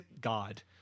God